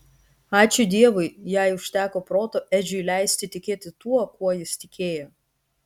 ačiū dievui jai užteko proto edžiui leisti tikėti tuo kuo jis tikėjo